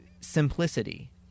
simplicity